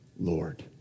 Lord